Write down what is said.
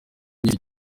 miss